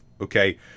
okay